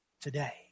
today